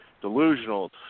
delusional